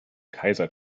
kaiser